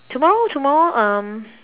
tomorrow tomorrow um